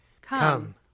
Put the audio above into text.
Come